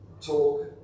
talk